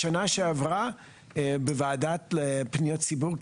בשנה שעברה בוועדת פניות ציבור,